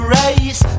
race